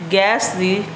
gas the